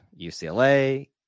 UCLA